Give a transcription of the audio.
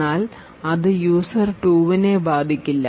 എന്നാൽ അത് യൂസർ 2 നെ ബാധിക്കില്ല